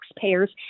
taxpayers